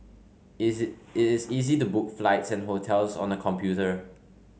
is it is easy to book flights and hotels on the computer